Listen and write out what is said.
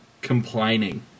complaining